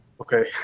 okay